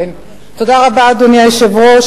אדוני היושב-ראש,